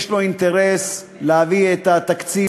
יש לו אינטרס להביא את התקציב,